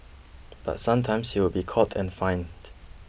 but sometimes he would be caught and fined